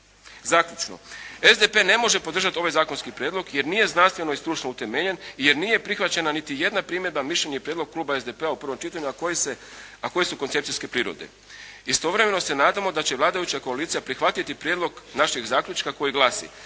Zaključno. SDP ne može podržati ovaj zakonski prijedlog jer nije znanstveno i stručno utemeljen i jer nije prihvaćena niti jedna primjedba, mišljenje i prijedlog kluba SDP-a u prvom čitanju, a koji su koncepcijske prirode. Istovremeno se nadamo da će vladajuća koalicija prihvatiti prijedlog našeg zaključka koji glasi: